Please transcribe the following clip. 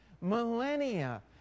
millennia